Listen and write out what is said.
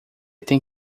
tem